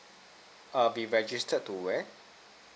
err be registered to where